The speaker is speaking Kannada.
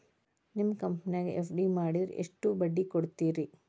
ನಿಮ್ಮ ಕಂಪನ್ಯಾಗ ಎಫ್.ಡಿ ಮಾಡಿದ್ರ ಎಷ್ಟು ಬಡ್ಡಿ ಕೊಡ್ತೇರಿ?